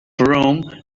rome